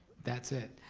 that's it.